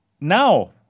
now